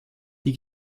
die